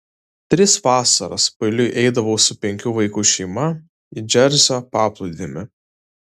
tris vasaras paeiliui eidavau su penkių vaikų šeima į džersio paplūdimį